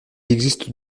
existe